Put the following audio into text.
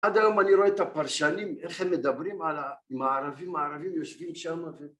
עד היום אני רואה את הפרשנים איך הם מדברים עם הערבים הערבים יושבים שם ו...